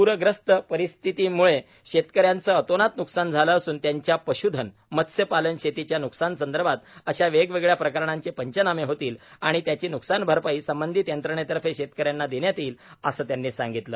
पूरग्रस्त परिस्थिती मुळे शेतकऱ्यांचे अतोनात नुकसान झाले असून त्यांच्या पशुधन मत्स्यपालनशेतीच्या नुकसान संदर्भात अशा वेगवेगळ्या प्रकरणाचे पंचनामे होतील आणि त्याचीनुकसान भरपाई संबंधित यंत्रणेतर्फे शेतकऱ्यांना देण्यात येईल असे त्यांनीसांगितलं